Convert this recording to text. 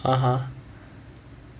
(uh huh)